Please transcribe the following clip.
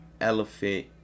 elephant